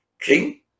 king